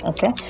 Okay